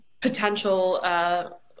potential